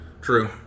True